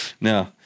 no